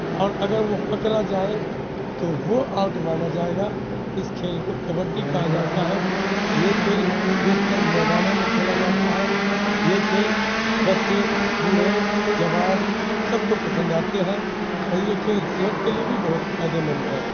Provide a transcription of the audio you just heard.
اور اگر وہ پکڑا جائے تو وہ آؤٹ مانا جائے گا اس کھیل کو کبڈی کہا جاتا ہے یہ کھیل بیشتر میدانوں میں کھیلا جاتا ہے یہ کھیل بچے بوڑھے جوان سب کو پسند آتے ہیں اور یہ کھیل صحت کے لیے بھی بہت فائدے مند ہے